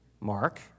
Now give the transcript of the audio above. Mark